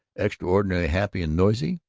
extraordinarily happy and noisy,